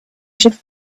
should